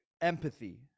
empathy